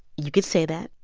you could say that.